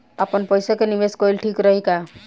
आपनपईसा के निवेस कईल ठीक रही का?